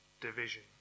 division